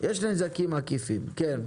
יש נזקים עקיפים, כן.